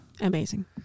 Amazing